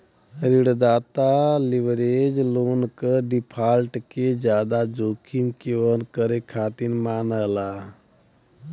ऋणदाता leverage loan क default के जादा जोखिम के वहन करे खातिर मानला